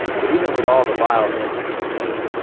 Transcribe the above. but even with all the vile things he'd seen.